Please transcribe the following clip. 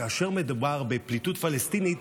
כאשר מדובר בפליטות פלסטינית,